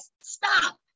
stop